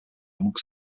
amongst